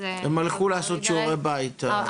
הם הלכו לעשות שיעורי בית.